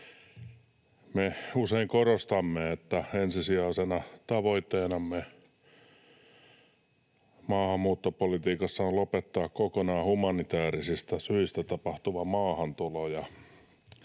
Me usein korostamme, että ensisijaisena tavoitteenamme maahanmuuttopolitiikassa on lopettaa kokonaan humanitäärisistä syistä tapahtuva maahantulo